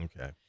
Okay